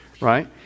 right